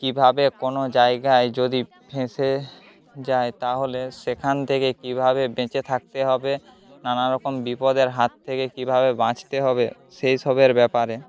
কীভাবে কোনো জায়গায় যদি ফেঁসে যায় তাহলে সেখান থেকে কীভাবে বেঁচে থাকতে হবে নানারকম বিপদের হাত থেকে কীভাবে বাঁচতে হবে সেই সবের ব্যপারে